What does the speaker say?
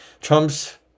trump's